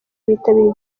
bitabiriye